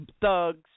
thugs